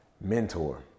mentor